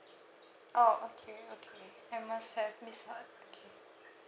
oh okay okay I must have misheard okay